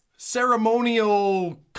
ceremonial